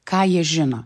ką jie žino